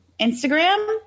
Instagram